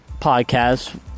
podcast